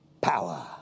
power